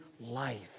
life